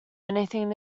anything